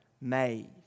made